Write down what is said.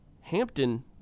Hampton